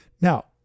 Now